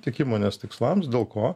tik įmonės tikslams dėl ko